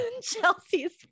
Chelsea's